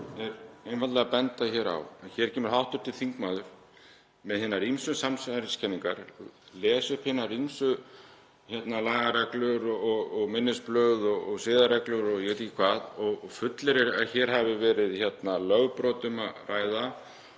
ég er einfaldlega að benda á er að hér kemur hv. þingmaður með hinar ýmsu samsæriskenningar, les upp hinar ýmsu lagareglur og minnisblöð og siðareglur og ég veit ekki hvað og fullyrðir að hér hafi verið um lögbrot að ræða